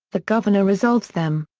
the governor resolves them.